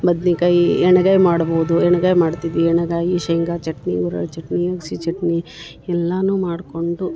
ಬದನಿಕಾಯಿ ಎಣ್ಗಾಯಿ ಮಾಡ್ಬೋದು ಎಣ್ಗಾಯಿ ಮಾಡ್ತಿದ್ವಿ ಎಣ್ಗಾಯಿ ಶೇಂಗಾ ಚಟ್ನಿ ಹುರಳಿ ಚಟ್ನಿ ಅಗ್ಸಿ ಚಟ್ನಿ ಎಲ್ಲಾನು ಮಾಡ್ಕೊಂಡು